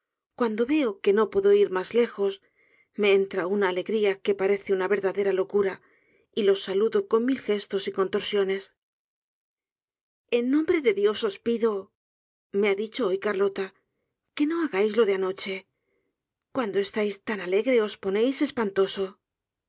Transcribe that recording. cuando veo que no puedo ir mas lejos me entra na alegría que parece una verdadera locura y los saludo con mil gestos y contorsiones en nombre de dios os pido me ha dicho hoy carlota que no hagáis lo que anoche cuándo estáis tan alegre os ponéis espantoso